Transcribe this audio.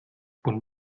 und